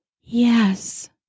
Yes